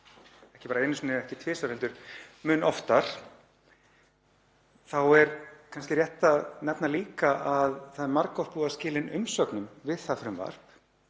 ekki bara einu sinni, ekki tvisvar heldur mun oftar, þá er kannski rétt að nefna líka að það er margoft búið að skila inn umsögnum við það frumvarp